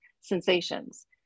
sensations